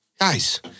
Guys